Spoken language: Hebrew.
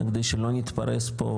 כדי שלא נתפרס פה,